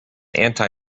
anti